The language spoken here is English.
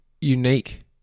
unique